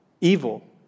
evil